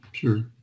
Sure